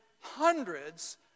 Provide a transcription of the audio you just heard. hundreds